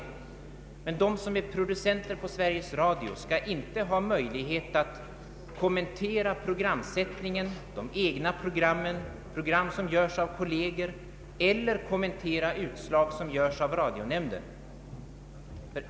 Det måste väl då vara orimligt att producenterna på Sveriges Radio inte skall ha möjlighet att kommentera programsättningen, de egna programmen och program som görs av kolleger eller rentav kommentera radionämndens ut slag.